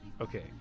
Okay